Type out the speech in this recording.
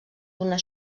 d’una